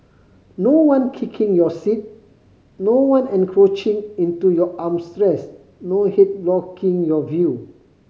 no one kicking your seat no one encroaching into your arms rest no head blocking your view